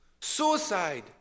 suicide